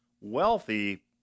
wealthy